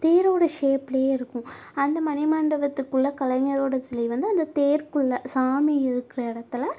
தேரோட ஷேப்லேயே இருக்கும் அந்த மணிமண்டபத்துக்குள்ள கலைஞரோட சிலை வந்து அந்த தேருக்குள்ள சாமி இருக்கிற இடத்துல